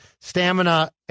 stamina